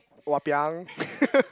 !wapiang!